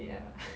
ya